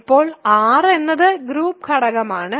ഇപ്പോൾ r എന്നത് group ഘടകമാണ്